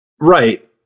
Right